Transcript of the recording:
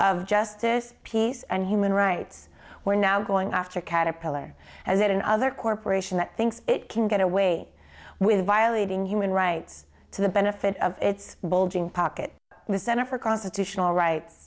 of justice peace and human rights we're now going after caterpillar as it and other corporation that thinks it can get away with violating human rights to the benefit of its pocket the center for constitutional rights